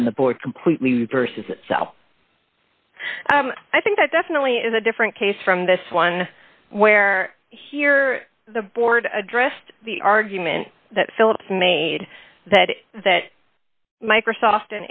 and then the board completely versus i think that definitely is a different case from this one where here the board addressed the argument that philips made that that microsoft